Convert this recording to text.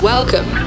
Welcome